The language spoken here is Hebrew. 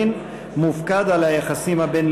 שי.